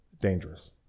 dangerous